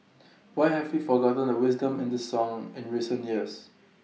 why have we forgotten the wisdom in this song in recent years